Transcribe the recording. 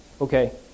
okay